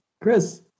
Chris